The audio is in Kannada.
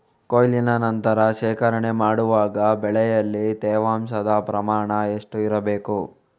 ಕೊಯ್ಲಿನ ನಂತರ ಶೇಖರಣೆ ಮಾಡುವಾಗ ಬೆಳೆಯಲ್ಲಿ ತೇವಾಂಶದ ಪ್ರಮಾಣ ಎಷ್ಟು ಇರಬೇಕು?